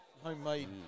homemade